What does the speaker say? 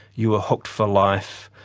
you are hooked for life,